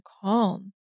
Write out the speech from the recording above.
calm